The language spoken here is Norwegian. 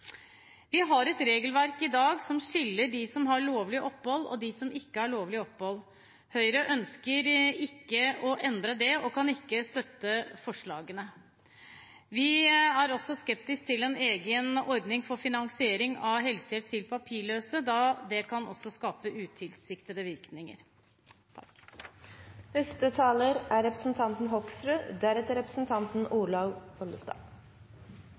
i dag et regelverk som skiller mellom dem som har lovlig opphold, og dem som ikke har lovlig opphold. Høyre ønsker ikke å endre det og kan ikke støtte forslagene. Vi er også skeptiske til en egen ordning for finansiering av helsehjelp til papirløse, da det også kan skape utilsiktede virkninger.